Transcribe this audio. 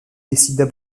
décident